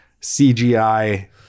CGI